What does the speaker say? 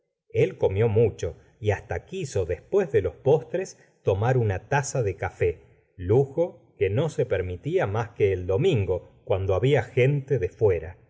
el comió mucho y hasta quiso después de los postres tomar una taza de café lujo que no se permitía más que el domingo cuando había gente de fuera